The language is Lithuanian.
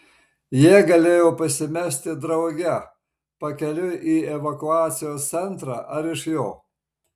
jie galėjo pasimesti drauge pakeliui į evakuacijos centrą ar iš jo